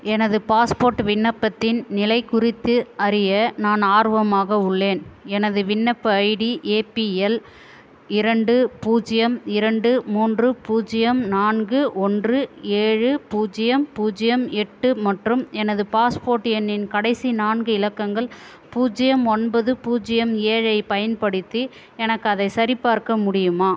எனது பாஸ்போர்ட் விண்ணப்பத்தின் நிலை குறித்து அறிய நான் ஆர்வமாக உள்ளேன் எனது விண்ணப்ப ஐடி ஏபிஎல் இரண்டு பூஜ்யம் இரண்டு மூன்று பூஜ்யம் நான்கு ஒன்று ஏழு பூஜ்யம் பூஜ்யம் எட்டு மற்றும் எனது பாஸ்போர்ட் எண்ணின் கடைசி நான்கு இலக்கங்கள் பூஜ்யம் ஒன்பது பூஜ்யம் ஏழைப் பயன்படுத்தி எனக்கு அதைச் சரிபார்க்க முடியுமா